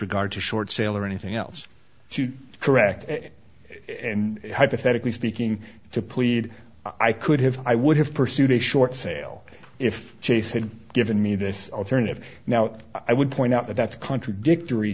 regard to short sale or anything else to correct and hypothetically speaking to plead i could have i would have pursued a short sale if chase had given me this alternative now i would point out that contradictory